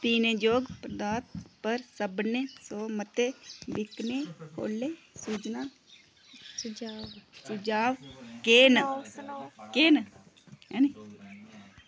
पीने जोग पदार्थ पर सभनें शा मते बिकने आह्ले सुझना सुझाव केह् न केह् न